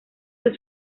del